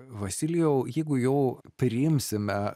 vasilijau jeigu jau priimsime